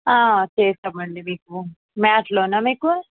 ఆ చేస్తాము అండి మీకు మ్యాట్లోనా మీకు